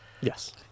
yes